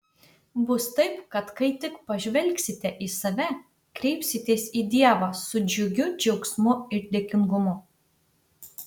bus taip kad kai tik pažvelgsite į save kreipsitės į dievą su džiugiu džiaugsmu ir dėkingumu